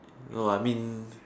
no I mean